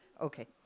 Okay